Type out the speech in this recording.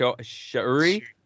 shuri